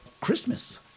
Christmas